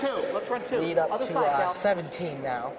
to seventeen now